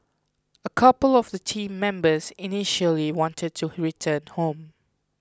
a couple of the team members initially wanted to return home